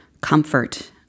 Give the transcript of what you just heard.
comfort